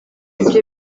bikorwa